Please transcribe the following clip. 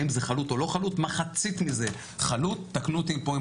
האם זה חלוט או לא חלוט?